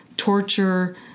torture